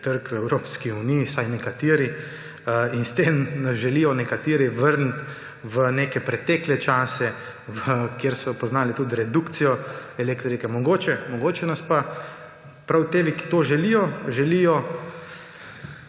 Evropski uniji, vsaj nekateri, in s tem nas želijo nekateri vrniti v neke pretekle čase, kjer so poznali tudi redukcijo elektrike. Mogoče pa želijo prav ti, ki to želijo, da